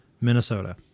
Minnesota